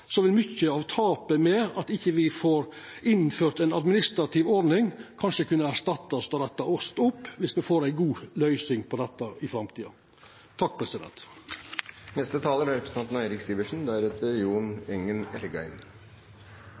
vil mykje av tapet med at me ikkje får innført ei administrativ ordning, kanskje kunne erstattast og rettast opp, dersom me får ei god løysing på dette i framtida.